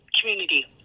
community